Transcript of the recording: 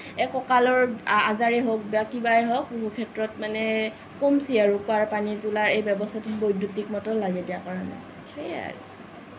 এই ককালৰ বেমাৰ আজাৰেই হওঁক বা কিবাই হওঁক বহুত ক্ষেত্ৰত মানে কমছি আৰু কুৱাৰ পানী তুলাৰ এই ব্যৱস্থাৰ বৈধ্যতিক মতন লাগে এতিয়া কাৰণে সেইয়াই